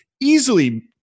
easily